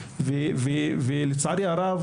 אבל לצערי הרב